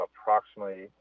approximately